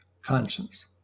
conscience